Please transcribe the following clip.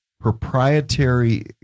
proprietary